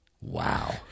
Wow